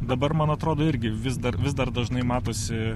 dabar man atrodo irgi vis dar vis dar dažnai matosi